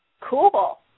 Cool